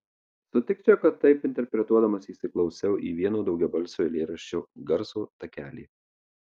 sutikčiau kad taip interpretuodamas įsiklausiau į vieną daugiabalsio eilėraščio garso takelį